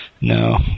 No